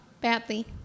badly